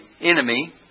enemy